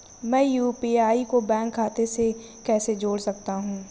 मैं यू.पी.आई को बैंक खाते से कैसे जोड़ सकता हूँ?